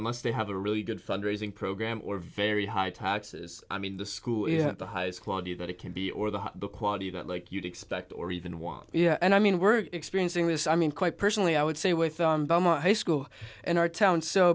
unless they have a really good fundraising program or very high taxes i mean the school the highest quality that it can be or the book quality that like you'd expect or even want you know and i mean we're experiencing this i mean quite personally i would say with high school in our town so